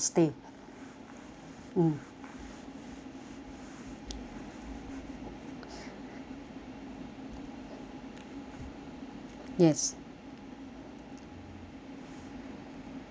mm yes